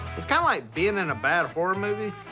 it's kind of like being in a bad horror movie.